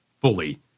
fully